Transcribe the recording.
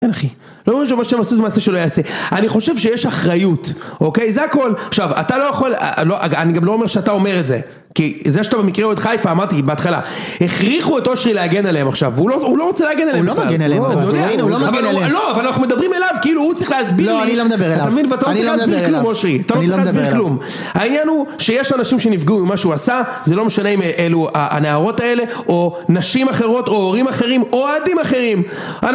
אין אחי. לא ממש יכולים לעשות מה שכן לא יעשה. אני חושב שיש אחראיות. אוקי זה הכל! עכשיו. אתה לא יכול.. לא.. אני גם לא אומר שאתה אומר את זה. כי זה שאתה במקרה עוד חיפה. ואמרתי בהתחלה. הכריחו את אושרי להגן עליהם עכשיו. והוא לא.. הוא לא רוצה להגן עליהם עכשיו. לא..要 יודע.. נכון! Er. כאילו הוא הצליח להסביר לי.. לא אני לא מדבר אליו. אתה מבין? אתה לא צריך להסביר כלום אושרי. אני לא יכול להסביר כלום. העניין הוא שיש אנשים שנפגעו ממה שהוא עשה, זה לא משנה אם אלו הנערות האלה או נשים אחרות או הורים אחרים או אוהדים אחרים